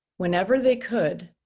whenever they could,